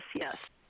yes